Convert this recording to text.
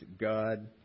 God